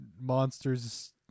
monsters